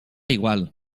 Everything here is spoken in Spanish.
igual